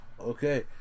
Okay